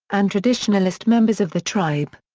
and traditionalist members of the tribe.